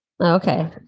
Okay